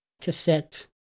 cassette